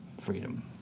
freedom